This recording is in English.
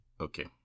Okay